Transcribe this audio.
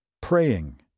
praying